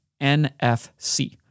NFC